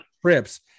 trips